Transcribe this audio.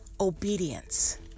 obedience